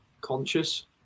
conscious